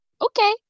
Okay